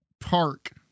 park